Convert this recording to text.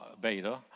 beta